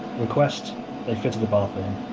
request they fitted the bathroom,